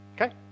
Okay